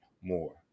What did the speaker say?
more